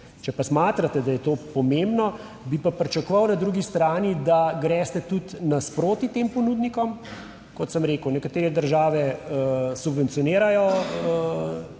če pa smatrate, da je to pomembno, bi pa pričakoval na drugi strani, da greste tudi nasproti tem ponudnikom. Kot sem rekel, nekatere države subvencionirajo